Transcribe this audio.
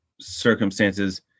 circumstances